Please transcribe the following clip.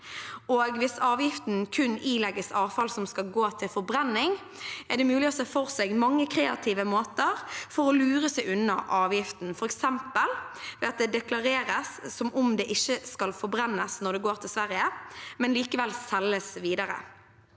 Hvis avgiften kun ilegges avfall som skal gå til forbrenning, er det mulig å se for seg mange kreative måter for å lure seg unna avgiften, f.eks. ved at det deklareres som om det ikke skal forbrennes når det går til Sverige, men likevel selges videre.